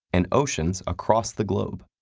and oceans across the globe.